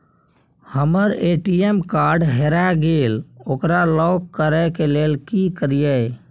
हमर ATM card हेरा गेल ओकरा लॉक करै के लेल की करियै?